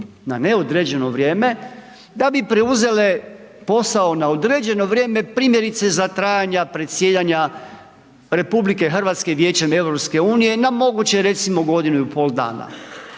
na neodređeno vrijeme da bi preuzele posao na određeno vrijeme primjerice za trajanja predsjedanja RH Vijećem EU na moguće recimo godinu i pol dana.